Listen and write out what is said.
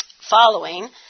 following